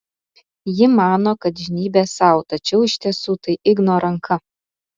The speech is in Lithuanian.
ji mano kad žnybia sau tačiau iš tiesų tai igno ranka